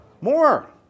More